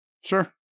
Sure